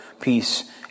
peace